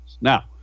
Now